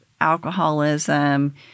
alcoholism